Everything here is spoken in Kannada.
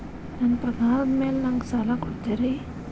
ನನ್ನ ಪಗಾರದ್ ಮೇಲೆ ನಂಗ ಸಾಲ ಕೊಡ್ತೇರಿ?